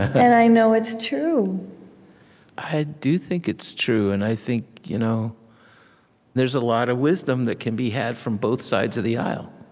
and i know it's true i do think it's true, and i think you know there's a lot of wisdom that can be had from both sides of the aisle,